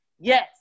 Yes